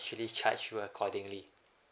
actually charge you accordingly